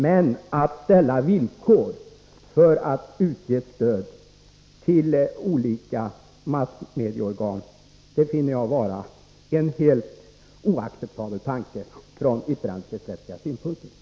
Men att ställa villkor för att utge stöd till olika massmedieorgan finner jag vara en helt oacceptabel tanke från yttrandefrihetsrättsliga synpunkter.